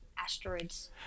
asteroids